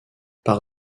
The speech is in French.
par